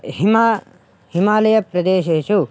हिमालये हिमालयप्रदेशेषु